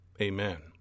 amen